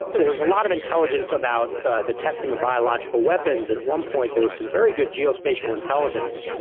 there was a lot of intelligence about ah the testing of biological weapons. at one point, there were some very good geospatial intelligence,